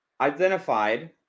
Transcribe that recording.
identified